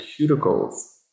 cuticles